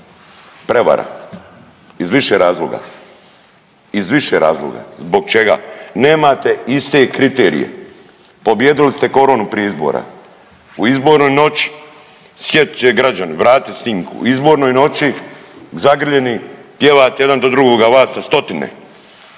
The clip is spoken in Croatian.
prevara iz više razloga, iz više razloga. Zbog čega? Nemate iste kriterije. Pobijedili ste koronu prije izbora. U zbornoj noći, sjetit će se građani, vratite snimku, u izbornoj noći zagrljeni pjevate jedan do drugoga vas stotine,